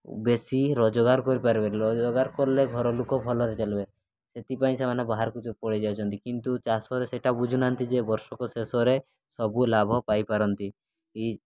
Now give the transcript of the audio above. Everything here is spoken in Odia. ବେଶୀ ରୋଜଗାର କରିପାରିବେ ରୋଜଗାର କଲେ ଘର ଲୋକ ଭଲରେ ଚଲିବେ ସେଥିପାଇଁ ସେମାନେ ବାହାରକୁ ପଳାଇ ଯାଉଛନ୍ତି କିନ୍ତୁ ଚାଷରେ ସେଇଟା ବୁଝୁନାହାନ୍ତି ଯେ ବର୍ଷକ ଶେଷରେ ସବୁ ଲାଭ ପାଇପାରନ୍ତି ଏହି